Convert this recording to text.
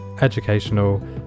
educational